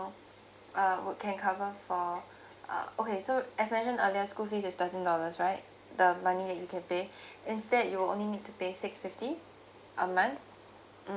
uh would can cover for uh okay so as mentioned earlier school fees is thirteen dollars right the money that you can pay instead you will only need to pay six fifty a month mm